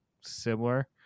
similar